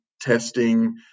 testing